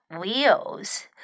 Wheels